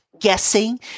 guessing